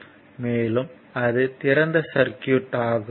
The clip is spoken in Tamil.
மேலும் அது திறந்த சர்க்யூட் ஆகும்